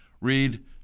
read